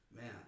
man